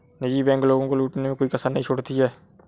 निजी बैंक लोगों को लूटने में कोई कसर नहीं छोड़ती है